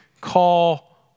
call